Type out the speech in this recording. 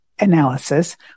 analysis